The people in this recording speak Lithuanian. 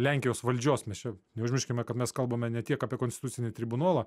lenkijos valdžios mes čia neužmirškime kad mes kalbame ne tiek apie konstitucinį tribunolą